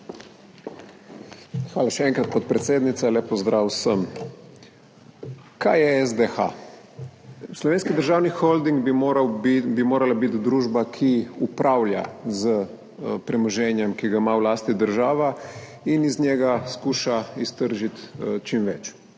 Hvala, še enkrat, podpredsednica. Lep pozdrav vse! Kaj je SDH? Slovenski državni holding bi morala biti družba, ki upravlja s premoženjem, ki ga ima v lasti država, in iz njega skuša iztržiti čim več.